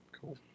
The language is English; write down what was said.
Cool